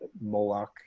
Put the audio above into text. Moloch